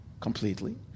completely